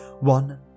one